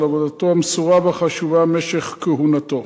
על עבודתו המסורה והחשובה במשך כהונתו.